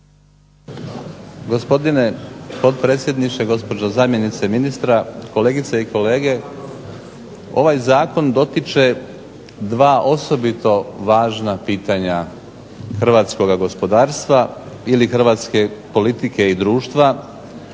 Gospodine potpredsjedniče, gospođo zamjenice ministra, kolegice i kolege ovaj zakon dotiče dva osobito važna pitanja hrvatskoga gospodarstva ili hrvatske politike i društva,